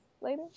later